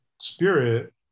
spirit